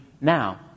now